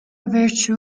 virtue